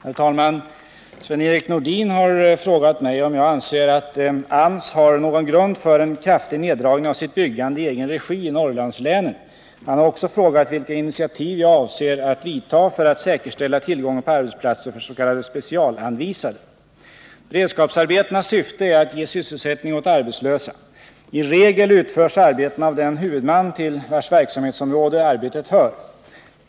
Herr talman! Sven-Erik Nordin har frågat mig om jag anser att AMS har någon grund för en kraftig neddragning av sitt byggande i egen regi i Norrlandslänen. Han har också frågat vilka initiativ jag avser att vidta för att säkerställa tillgången på arbetsplatser för s.k. specialanvisade. Beredskapsarbetenas syfte är att ge sysselsättning åt arbetslösa. I regel utförs arbetena av den huvudman till vars verksamhetsområde arbetet hör.